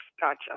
gotcha